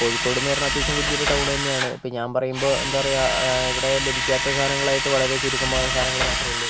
കോഴിക്കോട് എന്നു പറഞ്ഞാൽ അത്യാവശ്യം വലിയ ടൗൺ തന്നെയാണ് ഇപ്പോൾ ഞാൻ പറയുമ്പോൾ എന്താ പറയുക ഇവിടെ ലഭിയ്ക്കാത്ത സാധനങ്ങളായിട്ടു വളരെ ചുരുക്കം മ സാധനങ്ങൾ മാത്രമുള്ളൂ